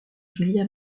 julia